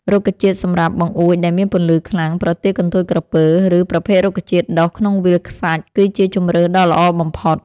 រុក្ខជាតិសម្រាប់បង្អួចដែលមានពន្លឺខ្លាំង ប្រទាលកន្ទុយក្រពើ ឬ ប្រភេទរុក្ខជាតិដុះក្នុងវាលខ្សាច់គឺជាជម្រើសដ៏ល្អបំផុត។